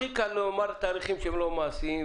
הכי קל לומר תאריכים שהם לא מעשיים.